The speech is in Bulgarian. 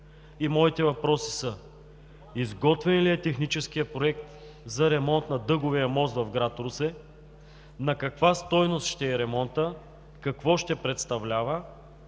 Моите въпроси са: изготвен ли е техническият проект за ремонт на Дъговия мост в град Русе; на каква стойност ще е ремонтът; какво ще представлява;